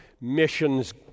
missions